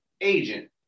agent